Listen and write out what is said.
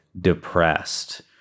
depressed